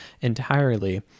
entirely